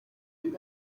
hip